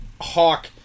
Hawk